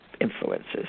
influences